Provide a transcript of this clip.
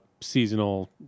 seasonal